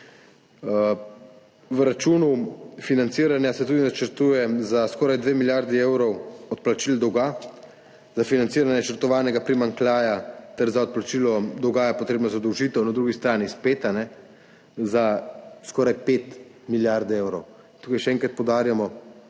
V računu financiranja se tudi načrtuje za skoraj 2 milijardi evrov odplačil dolga. Za financiranje načrtovanega primanjkljaja ter za odplačilo dolga je potrebna zadolžitev, na drugi strani spet, za skoraj 5 milijard evrov. Tukaj še enkrat poudarjamo,